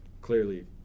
clearly